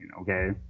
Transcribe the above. Okay